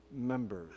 members